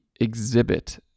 exhibit